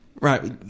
Right